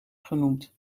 genoemd